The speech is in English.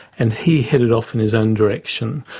and he headed off in his own direction.